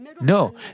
No